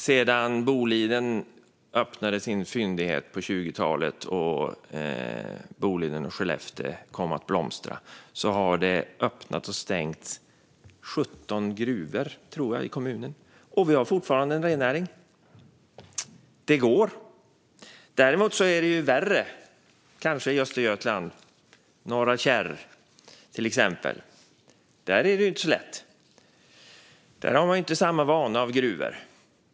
Sedan Boliden öppnade sin fyndighet på 20-talet och Boliden och Skellefteå kom att blomstra har det öppnats och stängts 17 gruvor, tror jag, i kommunen. Och vi har fortfarande en rennäring. Det går. Däremot är det kanske värre i Östergötland, till exempel i Norra Kärr. Där är det inte lätt. Man har inte samma vana av gruvor.